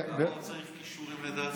למה הוא צריך כישורים לדעתך?